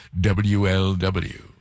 WLW